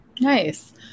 Nice